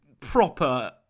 proper